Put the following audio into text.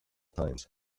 times